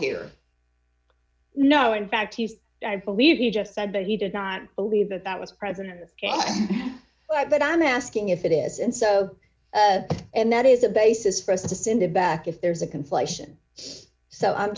here no in fact i believe he just said that he did not believe that that was present like but i'm asking if it is and so and that is a basis for us to send it back if there's a conflation so i'm